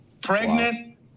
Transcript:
Pregnant